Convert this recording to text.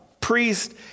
priest